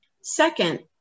Second